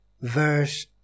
verse